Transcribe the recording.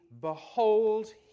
behold